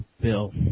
Bill